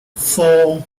four